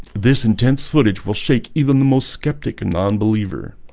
this intense footage will shake even the most skeptical non-believer.